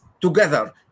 together